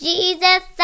Jesus